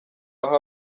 aho